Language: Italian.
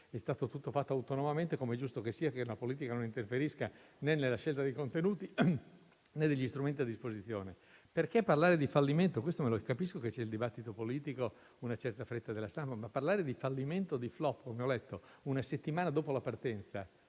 Ha fatto tutto autonomamente ed è giusto che la politica non interferisca né nella scelta dei contenuti, né negli strumenti a disposizione. Perché parlare di fallimento? Capisco che ci sono il dibattito politico e una certa fretta della stampa, ma parlare di fallimento e di *flop* - come ho letto - una settimana dopo la partenza